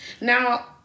Now